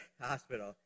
hospital